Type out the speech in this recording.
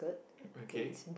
okay